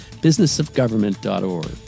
businessofgovernment.org